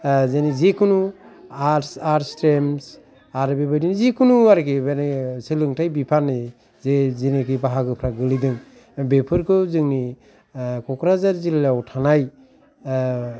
जों जेखुनु arts arts सिथ्रिमस आरो बे बायदिनो जेखुनो आरखि सोलोंथाय बिफाननि जे जेनिखि बाहागोफ्रा गोलैदोें बेफोरखाै जोंनि क'क्राझार जिल्लाआव थानाय